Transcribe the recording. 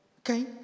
Okay